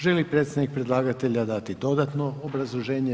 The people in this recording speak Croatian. Želi li predstavnik predlagatelja dati dodatno obrazloženje?